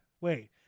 Wait